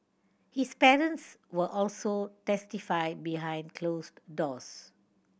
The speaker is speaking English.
his parents will also testify behind closed doors